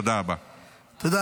תודה רבה.